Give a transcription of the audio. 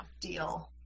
deal